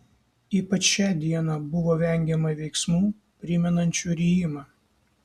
ypač šią dieną buvo vengiama veiksmų primenančių rijimą